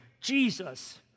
Jesus